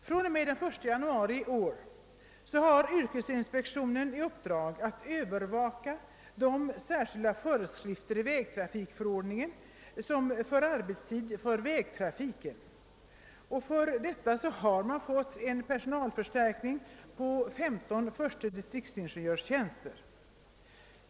Från och med den 1 januari i år har yrkesinspek tionen i uppdrag att övervaka de särskilda föreskrifterna i vägtrafikförordningen om arbetstid för vägtrafiken. För detta har man fått en förstärkning av personalen med 135 förste distriktsingenjörstjänster.